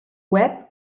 web